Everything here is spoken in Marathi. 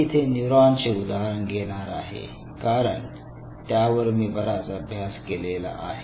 मी येथे न्यूरॉन चे उदाहरण घेणार आहे कारण त्यावर मी बराच अभ्यास केलेला आहे